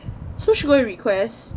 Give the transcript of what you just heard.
so she go and request